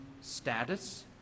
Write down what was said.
status